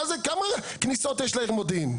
מה זה, כמה כניסות יש לעיר מודיעין?